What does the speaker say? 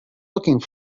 looking